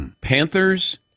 Panthers